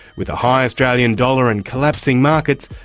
with a high australian dollar and collapsing markets,